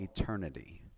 eternity